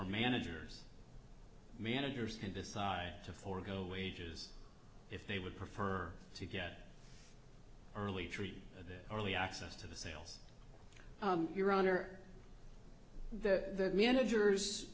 for managers managers can decide to forego wages if they would prefer to get early treat their early access to the sales your honor that managers